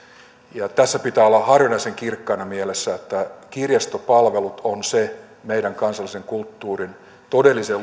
tässä pitää olla harvinaisen kirkkaana mielessä että kirjastopalvelut ovat se meidän kansallisen kulttuurimme todellisen